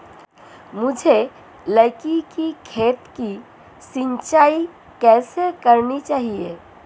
मुझे लौकी के खेत की सिंचाई कैसे करनी चाहिए?